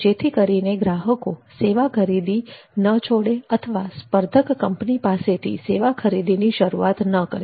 જેથી કરીને ગ્રાહકો સેવા ખરીદી ન છોડે અથવા સ્પર્ધક કંપની પાસેથી સેવા ખરીદીની શરુંઆત ન કરે